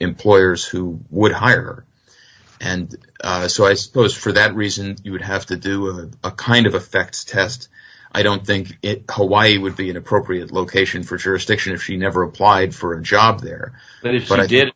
employers who would hire and so i suppose for that reason you would have to do it in a kind of affects test i don't think it would be an appropriate location for jurisdiction if she never applied for a job there but if i did